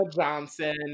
Johnson